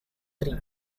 three